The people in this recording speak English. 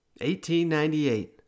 1898